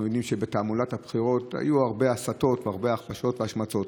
אנחנו יודעים שבתעמולת הבחירות היו הרבה הסתות והרבה הכפשות והשמצות.